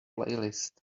playlist